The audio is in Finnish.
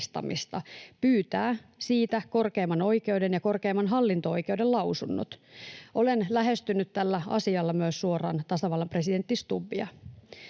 pyytää siitä korkeimman oikeuden ja korkeimman hallinto-oikeuden lausunnot. Olen lähestynyt tällä asialla myös suoraan tasavallan presidentti Stubbia.